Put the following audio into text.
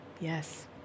yes